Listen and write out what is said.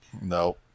No